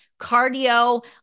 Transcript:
cardio